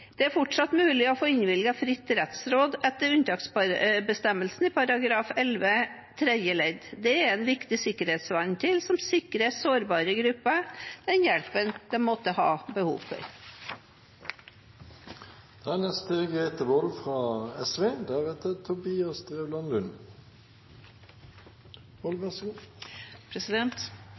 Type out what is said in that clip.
Det er fortsatt mulig å få innvilget fritt rettsråd etter unntaksbestemmelsen i § 11 tredje ledd. Det er en viktig sikkerhetsventil som sikrer sårbare grupper den hjelpen de måtte ha behov for. En trygg og sikker bolig er